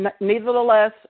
Nevertheless